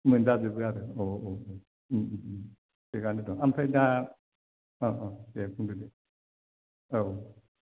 मोनजाजोबो आरो औ औ थिखआनो दं आमफ्राय दा औ औ दे बुंदो दे औ